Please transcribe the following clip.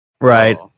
Right